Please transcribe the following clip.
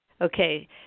Okay